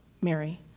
Mary